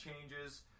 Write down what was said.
changes